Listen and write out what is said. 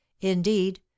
Indeed